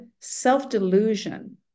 self-delusion